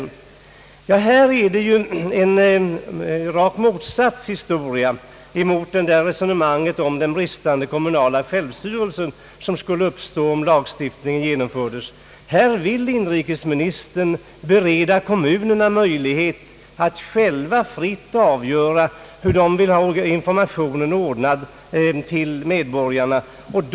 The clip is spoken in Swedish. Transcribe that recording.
Ja, här råder ett rakt motsatt förhållande gentemot resonemanget om den bristande kommunala självstyrelse som man säger skulle uppstå om lagstiftningen genomfördes. Här vill inrikesministern bereda kommunerna möjlighet att själva fritt avgöra hur de vill ha informationen till medborgarna ordnad.